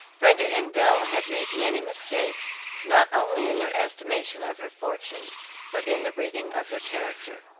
brenda and belle had made many mistakes not only in their estimation of her fortune but in the reading of her character.